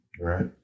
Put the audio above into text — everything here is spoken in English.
right